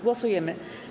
Głosujemy.